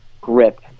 grip